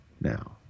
now